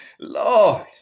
Lord